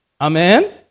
Amen